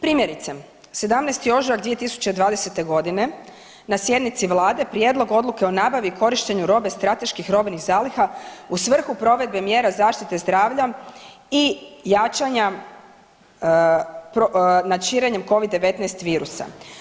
Primjerice, 17. ožujak 2020. godine na sjednici Vlade Prijedlog odluke o nabavi i korištenju robe strateških robnih zaliha u svrhu provedbe mjera zaštite zdravlja i jačanja nad širenjem Covid-19 virusa.